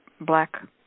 black